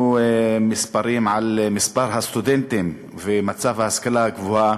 מספרים על מספר הסטודנטים ומצב ההשכלה הגבוהה,